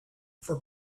for